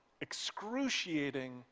excruciating